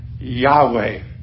Yahweh